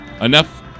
Enough